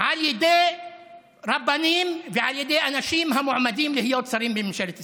על ידי רבנים ועל ידי אנשים המועמדים להיות שרים בממשלת ישראל.